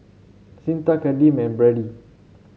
Cyntha Kadeem and Brady